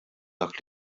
dak